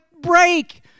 break